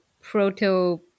proto